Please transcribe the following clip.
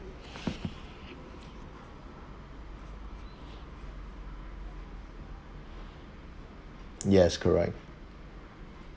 yes correct